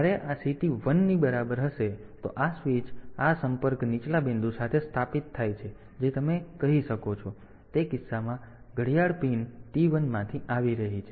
તેથી અને જ્યારે આ CT 1 ની બરાબર હોય તો આ સ્વીચ આ સંપર્ક નીચલા બિંદુ સાથે સ્થાપિત થાય છે જે તમે કહી શકો છો અને તે કિસ્સામાં ઘડિયાળ પીન T1 માંથી આવી રહી છે